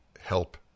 help